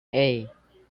hey